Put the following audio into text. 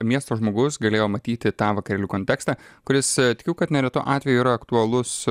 miesto žmogus galėjo matyti tą vakarėlių kontekstą kuris tikiu kad neretu atveju yra aktualus